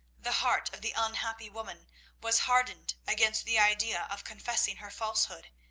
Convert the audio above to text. the heart of the unhappy woman was hardened against the idea of confessing her falsehood,